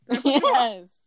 Yes